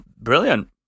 brilliant